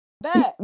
back